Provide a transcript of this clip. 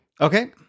Okay